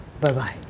bye-bye